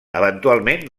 eventualment